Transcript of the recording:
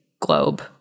globe